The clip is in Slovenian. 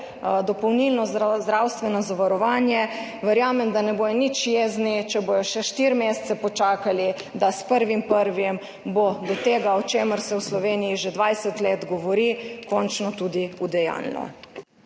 dopolnilno zdravstveno zavarovanje, verjamem, da ne bodo nič jezni, če bodo še štiri mesece počakali, da s 1. 1. bodo tega, o čemer se v Sloveniji že dvajset let govori, končno tudi udejanjilo.